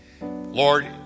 Lord